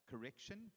correction